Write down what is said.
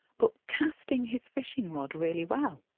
but casting his fishing rod really well.